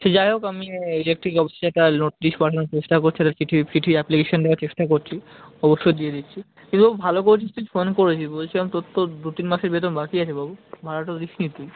সে যাই হোক আমি ইলেকট্রিক অফিসে একটা নোটিশ পাঠানোর চেষ্টা করছি ওদের চিঠি চিঠি অ্যাপ্লিকেশান দেওয়ার চেষ্টা করছি অবশ্যই দিয়ে দিচ্ছি কিন্তু বাবু ভালো করেছিস তুই ফোন করেছিস বলছিলাম তোর তো দু তিন মাসের বেতন বাকি আছে বাবু ভাড়াটা তো দিস নি তুই